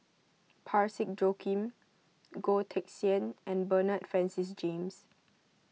Parsick Joaquim Goh Teck Sian and Bernard Francis James